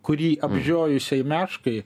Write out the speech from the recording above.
kurį apžiojusiai meškai